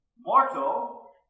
Mortal